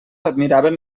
admiraven